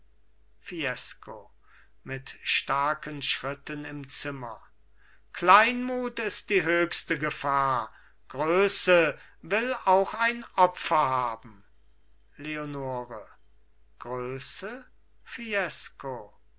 fiesco mit starken schritten im zimmer kleinmut ist die höchste gefahr größe will auch ein opfer haben leonore größe fiesco